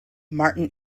martin